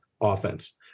offense